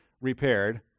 repaired